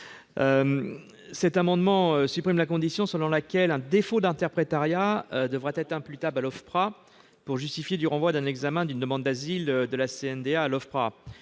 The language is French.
Cet amendement vise à supprimer la condition selon laquelle un défaut d'interprétariat devra être imputable à l'OFPRA pour justifier du renvoi d'un examen d'une demande d'asile de la CNDA à l'OFPRA.